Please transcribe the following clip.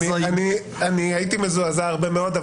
אני הייתי מזועזע הרבה מאוד,